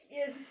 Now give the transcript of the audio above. yes